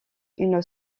une